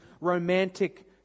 romantic